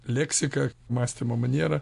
leksiką mąstymo manierą